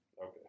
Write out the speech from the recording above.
Okay